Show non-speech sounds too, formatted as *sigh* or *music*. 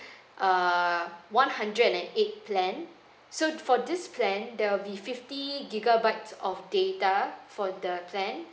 *breath* err one hundred and eight plan so for this plan there will be fifty gigabytes of data for the plan